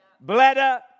Bladder